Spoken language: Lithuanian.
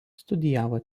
studijavo